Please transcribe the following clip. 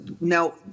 now –